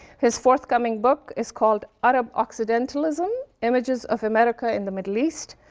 his forthcoming book is called arab occidentalism images of america in the middle east.